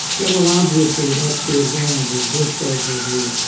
it will obviously, that's the advantage of this silver the.